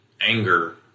anger